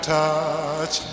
touch